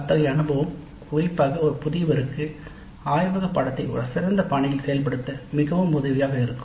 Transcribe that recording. அத்தகைய அனுபவம் குறிப்பாக ஒரு புதியவருக்கு ஆய்வக பாடநெறியை ஒரு சிறந்த பாணியில் செயல்படுத்த மிகவும் உதவியாக இருக்கும்